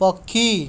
ପକ୍ଷୀ